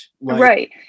Right